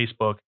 Facebook